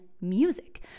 music